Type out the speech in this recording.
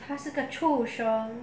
他是个畜生